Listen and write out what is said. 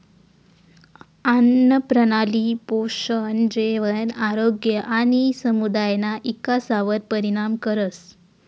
आन्नप्रणाली पोषण, जेवण, आरोग्य आणि समुदायना इकासवर परिणाम करस